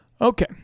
Okay